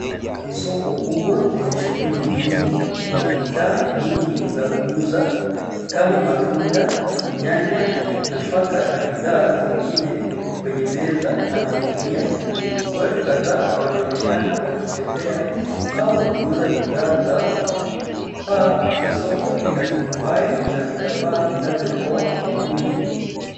Soko kubwa, lenye shughuli nyingi. Kuna bidhaa nyingi za kuuza, kama matunda, nyanya, nafaka, na bidhaa zingine, kwenye meza na magunia. Watu kadhaa wanaonekana wakitembea, au wakiuza bidhaa zao. Paa la soko lina turubai, na vitambaa vinavyotoa kivuli.